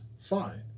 fine